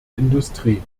industrie